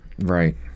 Right